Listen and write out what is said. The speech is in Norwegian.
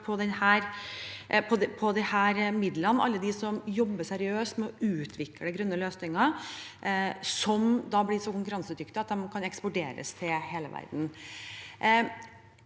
på disse midlene, alle de som jobber seriøst med å utvikle grønne løsninger, som da blir så konkurransedyktige at de kan eksporteres til hele verden.